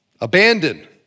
Abandoned